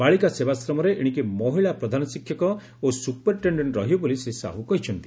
ବାଳିକା ସେବାଶ୍ରମରେ ଏଶିକି ମହିଳା ପ୍ରଧାନଶିକ୍ଷକ ଓ ସୁପରିଟେଣେଣ୍ ରହିବେ ବୋଲି ଶ୍ରୀ ସାହୁ କହିଛନ୍ତି